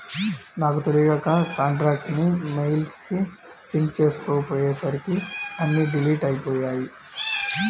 నాకు తెలియక కాంటాక్ట్స్ ని మెయిల్ కి సింక్ చేసుకోపొయ్యేసరికి అన్నీ డిలీట్ అయ్యిపొయ్యాయి